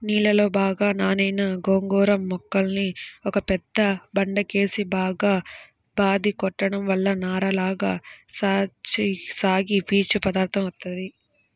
నీళ్ళలో బాగా నానిన గోంగూర మొక్కల్ని ఒక పెద్ద బండకేసి బాగా బాది కొట్టడం వల్ల నారలగా సాగి పీచు పదార్దం వత్తది